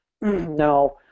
Now